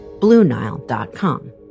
BlueNile.com